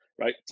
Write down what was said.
Right